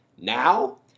Now